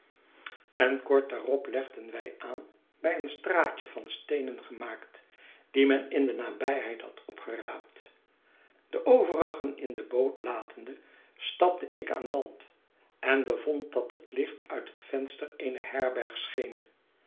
en kort daarop legden wij aan bij een straatje van steenen gemaakt die men in de nabijheid had opgeraapt de overigen in de boot latende stapte ik aan land en bevond dat het licht uit het venster eener herberg